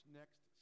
next